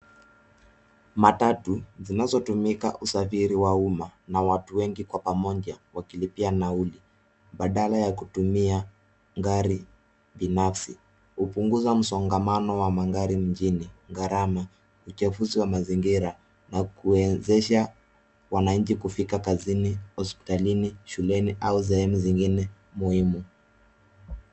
Matatu zinazotumika usafiri wa uma na watu wengi kwa pamoja wakilipia nauli badala ya kutumia gari binafsi. Hupunguza msongamano wa magari nchini, gharama, uchafuzi wa mazingira na kuezesha wananchi kufika kazini, hospitalini, shuleni au sehemu zingine muhimu.